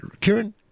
Kieran